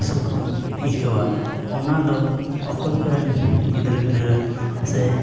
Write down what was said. ᱥᱩᱠ ᱫᱚᱢ ᱟᱹᱭᱠᱟᱹᱣᱟ ᱚᱱᱟ ᱫᱚ ᱚᱠᱚᱭ ᱠᱚᱨᱮᱱ ᱜᱤᱫᱽᱨᱟᱹ ᱯᱤᱫᱽᱨᱟᱹ ᱥᱮ